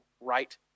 right